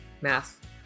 math